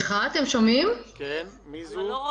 המעבר